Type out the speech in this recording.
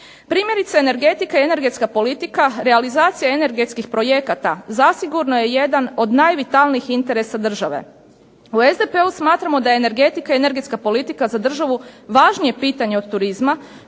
Primjerice energetika i energetska politika, realizacija energetskih projekata zasigurno je jedan od najvitalnijih interesa države. U SDP-u smatramo da je energetika i energetska politika za državu važnije pitanje od turizma